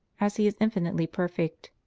as he is infinitely perfect.